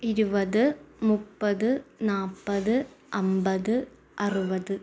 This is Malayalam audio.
ഇരുപത് മുപ്പത് നാൽപ്പത് അമ്പത് അറുപത്